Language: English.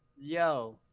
yo